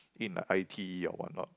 in a i_t_e or whatnot